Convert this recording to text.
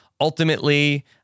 ultimately